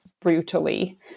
brutally